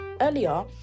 earlier